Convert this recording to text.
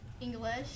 English